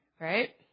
right